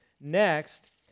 next